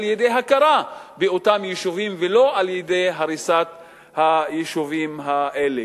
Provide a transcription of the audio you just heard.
על-ידי הכרה באותם יישובים ולא על-ידי הריסת היישובים האלה.